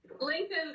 Lincoln